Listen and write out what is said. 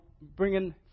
bringing